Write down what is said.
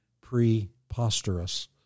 preposterous